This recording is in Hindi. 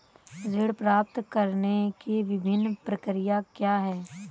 ऋण प्राप्त करने की विभिन्न प्रक्रिया क्या हैं?